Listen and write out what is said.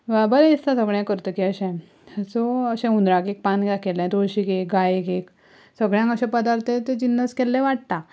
बरें दिसता सगळें करतकीर अशें सो अशें हुंदराक एक पान दाखयलें तुळशीक एक गायेक एक सगळ्यांक अशे प्रदार्थ ते ते जिणस केल्ले वाडटा